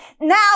Now